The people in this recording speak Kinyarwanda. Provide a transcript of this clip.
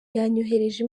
yanyoherereje